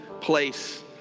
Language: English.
place